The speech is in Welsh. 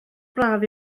braf